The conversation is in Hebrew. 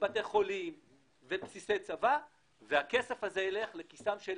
בתי חולים ובסיסי צבא שילכו לכיסם של